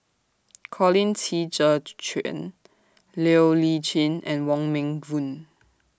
Colin Qi Zhe Quan Siow Lee Chin and Wong Meng Voon